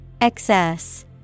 Excess